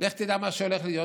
לך תדע מה הולך להיות,